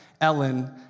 Ellen